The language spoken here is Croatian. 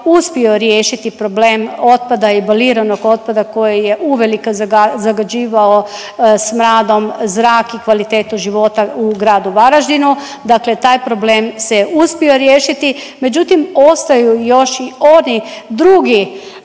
uspio riješiti problem otpada eboliranog otpada koji je uvelike zagađivao smradom zrak i kvalitetu života u gradu Varaždinu, dakle taj problem se uspio riješiti međutim ostaju još i oni drugi